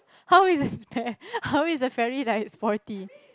how is this fair how is the fairy like it's sporty